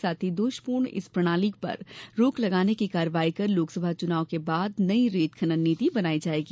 साथ ही दोष पूर्ण इस प्रणाली पर रोक लगाने की कर्रवाई कर लोकसभा चुनाव बाद नई रेत खनन नीति बनाई जाएगी